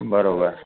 बराबरि